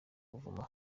buvumo